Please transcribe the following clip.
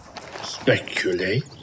speculate